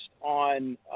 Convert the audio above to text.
on